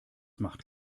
macht